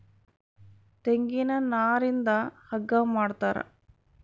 ತೆಂಗಿನ ನಾರಿಂದ ಹಗ್ಗ ಮಾಡ್ತಾರ